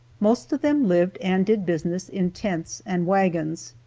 most of them lived and did business in tents and wagons.